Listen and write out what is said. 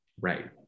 Right